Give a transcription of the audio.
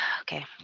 okay